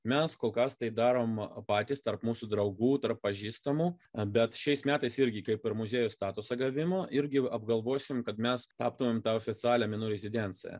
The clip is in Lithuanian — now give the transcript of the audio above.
mes kol kas tai darom patys tarp mūsų draugų tarp pažįstamų bet šiais metais irgi kaip ir muziejų statuso gavimo irgi apgalvosim kad mes taptumėm ta oficialia menų rezidencija